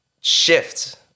shift